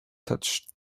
touched